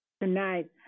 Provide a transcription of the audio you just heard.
tonight